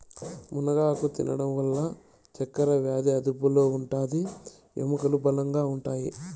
మునగాకు తినడం వల్ల చక్కరవ్యాది అదుపులో ఉంటాది, ఎముకలు బలంగా ఉంటాయి